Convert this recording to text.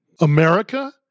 America